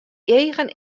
eagen